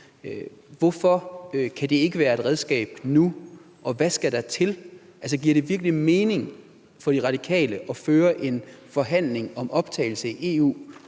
Hvorfor kan det ikke være et redskab nu? Altså, giver det virkelig mening for De Radikale at føre forhandlinger om optagelse i EU